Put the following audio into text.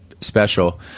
special